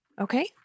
Okay